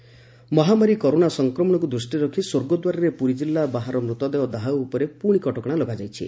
ସ୍ୱର୍ଗଦ୍ୱାର ମହାମାରୀ କରୋନା ସଂକ୍ରମଶକୁ ଦୃଷିରେ ରଖି ସ୍ୱର୍ଗଦ୍ୱାରରେ ପୁରୀ ଜିଲ୍ଲ ବାହାର ମୃତଦେହ ଦାହ ଉପରେ ପୁଶି କଟକଶା ଲଗାଯାଇଛି